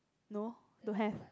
no don't have